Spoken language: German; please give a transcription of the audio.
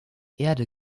erde